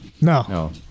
No